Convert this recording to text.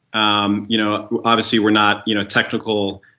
um you know obviously we're not you know technical